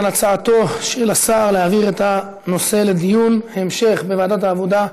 על הצעתו של השר להעביר את הנושא לדיון המשך בוועדה העבודה,